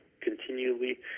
continually